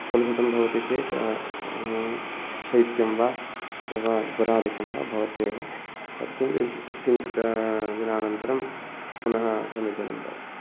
कलुषितं भवति चेत् शैत्यं वा अथवा ज्वरादिकं वा भवत्येव तत्किञ्चिद् किञ्चित् दिनानन्तरं पुनः समीचीनं भवति